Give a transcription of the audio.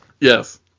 Yes